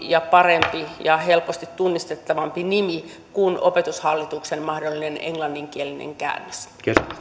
parempi ja helposti tunnistettavampi nimi kuin opetushallituksen mahdollinen englanninkielinen käännös